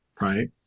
right